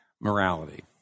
morality